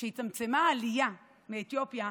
כשהצטמצמה העלייה מאתיופיה,